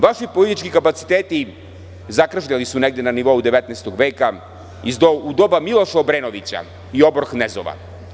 Znate, vaši politički kapaciteti zakržljali su i negde su na nivou 19. veka u doba Miloša Obrenovića i obor-knezova.